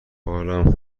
حالم